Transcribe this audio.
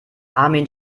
armin